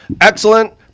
excellent